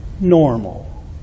normal